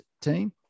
team